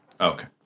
Okay